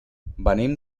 venim